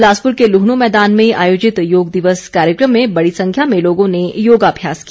बिलासपुर के लुहण् मैदान में आयोजित योग दिवस कार्यक्रम में बड़ी संख्या में लोगों ने योगाभ्यास किया